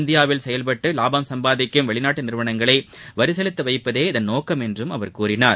இந்தியாவில் செயல்பட்டுவாபம் சம்பாதிக்கும் வெளிநாட்டுநிறுவனங்களைவரிசெலுத்தவைப்பதே இதன் நோக்கம் என்றும் அவர் கூறினார்